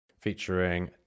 featuring